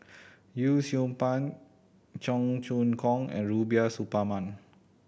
Yee Siew Pun Cheong Choong Kong and Rubiah Suparman